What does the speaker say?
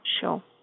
Sure